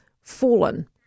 fallen